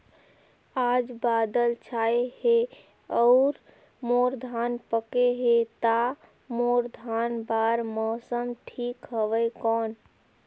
आज बादल छाय हे अउर मोर धान पके हे ता मोर धान बार मौसम ठीक हवय कौन?